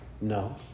No